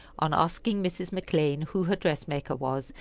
on asking mrs. mcclean who her dress-maker was,